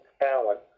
talent